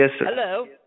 Hello